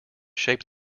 shaped